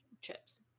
chips